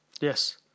Yes